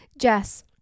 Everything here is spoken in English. Jess